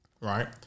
Right